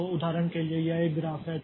तो उदाहरण के लिए यह एक ग्राफ है